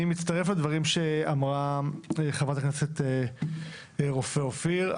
אני מצטרף לדברים שאמרה חברת הכנסת רופא אופיר.